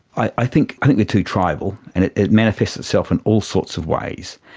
i think i think too tribal, and it it manifests itself in all sorts of ways.